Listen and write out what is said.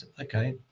okay